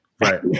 Right